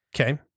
Okay